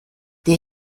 der